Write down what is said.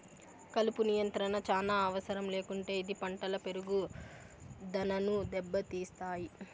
కలుపు నియంత్రణ చానా అవసరం లేకుంటే ఇది పంటల పెరుగుదనను దెబ్బతీస్తాయి